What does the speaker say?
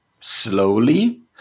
slowly